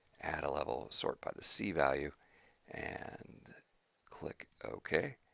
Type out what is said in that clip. add a level, sort by the c value and click ok.